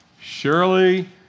surely